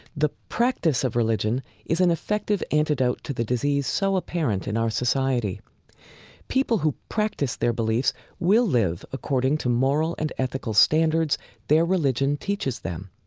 the practice of religion is an effective antidote to the disease so apparent in our society people who practice their beliefs will live according to moral and ethical ethical standards their religion teaches them.